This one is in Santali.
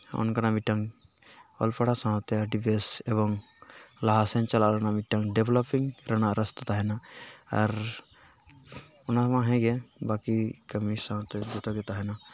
ᱦᱚᱸᱜᱼᱚ ᱱᱚᱝᱠᱟᱱᱟᱜ ᱢᱤᱫᱴᱟᱝ ᱚᱞ ᱯᱟᱲᱦᱟᱣ ᱥᱟᱶᱛᱮ ᱟᱹᱰᱤ ᱵᱮᱥ ᱮᱵᱚᱝ ᱞᱟᱦᱟ ᱥᱮᱱ ᱪᱟᱞᱟᱣ ᱨᱮᱱᱟᱜ ᱢᱤᱫᱴᱟᱝ ᱰᱮᱵᱞᱚᱯᱤᱝ ᱨᱮᱱᱟᱜ ᱨᱟᱥᱛᱟ ᱛᱟᱦᱮᱱᱟ ᱟᱨ ᱚᱱᱟ ᱢᱟ ᱦᱮᱸᱜᱮ ᱵᱟᱠᱤ ᱠᱟᱹᱢᱤ ᱥᱟᱶᱛᱮ ᱡᱚᱛᱚ ᱜᱮ ᱛᱟᱦᱮᱱᱟ